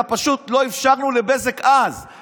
פשוט לא אפשרנו לבזק לחבר אותם אז,